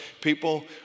people